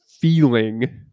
feeling